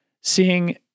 seeing